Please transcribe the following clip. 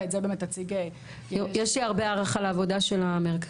ואת זה באמת תציג --- יש לי הרבה הערכה לעבודה של המרכזים.